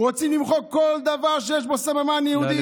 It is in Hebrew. רוצים למחוק כל דבר שיש בו סממן יהודי.